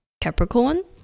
Capricorn